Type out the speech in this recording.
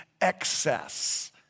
excess